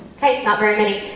okay, not very many.